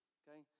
okay